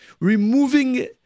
Removing